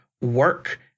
work